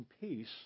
peace